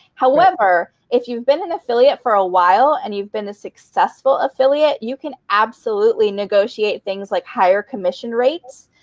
however, if you've been an affiliate for a while and you've been a successful affiliate, you can absolutely negotiate things, like higher commission rates.